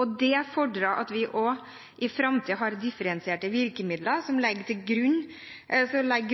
og det fordrer at vi også i framtiden har differensierte virkemidler for å legge